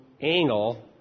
angle